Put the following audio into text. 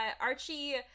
Archie